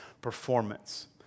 performance